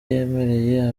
yemereye